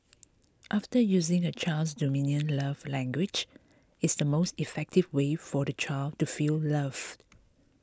after using a child's dominant love language is the most effective way for the child to feel loved